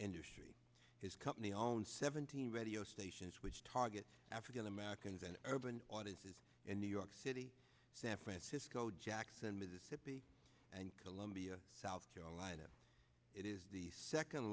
industry his company owns seventeen radio stations which targets african americans and urban audiences in new york city san francisco jackson mississippi and columbia south carolina it is the second